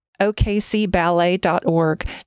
okcballet.org